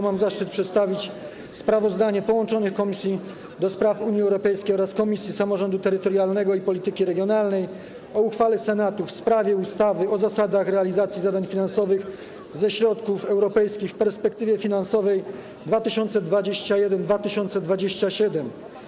Mam zaszczyt przedstawić sprawozdanie połączonych Komisji: do Spraw Unii Europejskiej oraz Samorządu Terytorialnego i Polityki Regionalnej o uchwale Senatu w sprawie ustawy o zasadach realizacji zadań finansowych ze środków europejskich w perspektywie finansowej 2021-2027.